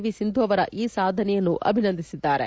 V Sindhu ಅವರ ಈ ಸಾಧನೆಗೆ ಅಭಿನಂದಿಸಿದ್ದಾರೆ